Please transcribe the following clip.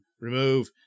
remove